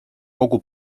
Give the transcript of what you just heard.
kogu